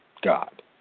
God